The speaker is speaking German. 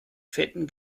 fetten